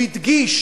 הוא הדגיש,